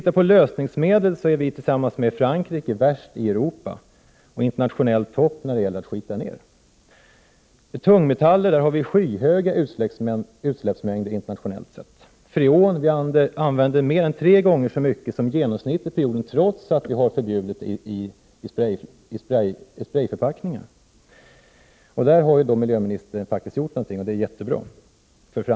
I fråga om lösningsmedel är Sverige tillsammans med Frankrike värst i Europa och internationellt i topp när det gäller att smutsa ned. Av tungmetaller har vi skyhöga utsläppsmängder internationellt sett. Freon använder vi mer än tre gånger så mycket som genomsnittet på jorden, trots att vi har förbjudit det i sprejförpackningar. Där har ju miljöministern faktiskt gjort någonting för framtiden, och det är jättebra.